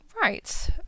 right